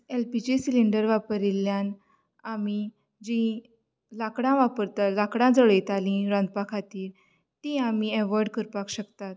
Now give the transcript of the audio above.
L P G cylinder वापरिल्ल्यान आमी जीं लाकडां वापरता लाकडां जळयताली रांदपा खातीर तीं आमी अेवोयड करपाक शकतात